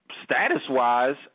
Status-wise